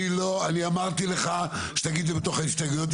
אני אמרתי לך שתגיד את זה בתוך ההסתייגויות,